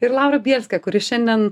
ir laura bielskė kuri šiandien